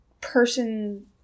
person